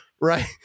right